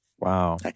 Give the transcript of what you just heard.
Wow